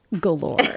galore